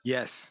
Yes